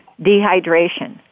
Dehydration